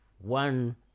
one